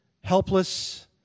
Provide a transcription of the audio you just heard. helpless